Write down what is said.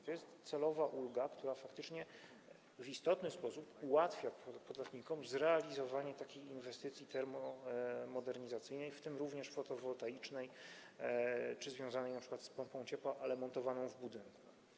To jest celowa ulga, która faktycznie w istotny sposób ułatwia podatnikom zrealizowanie inwestycji termomodernizacyjnej, również fotowoltaicznej czy związanej np. z pompą ciepła, ale montowaną w budynku.